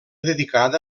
dedicada